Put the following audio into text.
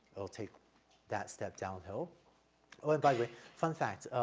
it'll take that step downhill whereby we, fun fact, ah,